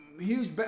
huge